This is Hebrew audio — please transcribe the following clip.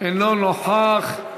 אינו נוכח,